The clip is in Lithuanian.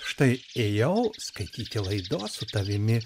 štai ėjau skaityti laidos su tavimi